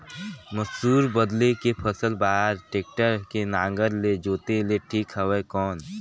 मसूर बदले के फसल बार टेक्टर के नागर ले जोते ले ठीक हवय कौन?